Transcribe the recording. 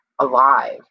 alive